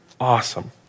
Awesome